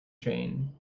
train